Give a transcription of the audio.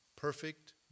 Perfect